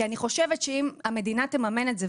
כי אני חושבת שאם המדינה תממן את זה,